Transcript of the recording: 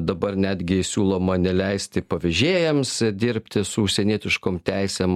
dabar netgi siūloma neleisti vežėjams dirbti su užsienietiškom teisėm